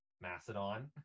Macedon